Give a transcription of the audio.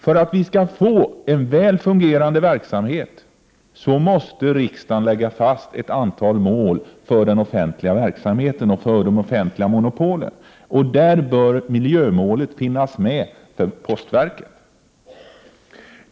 För att vi skall få en väl fungerande verksamhet måste riksdagen lägga fast ett antal mål för den offentliga verksamheten och för de offentliga monopolen, och där bör miljömålet finnas med för postverket.